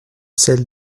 celle